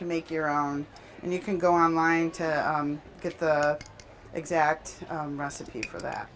can make your own and you can go online to get the exact recipe for that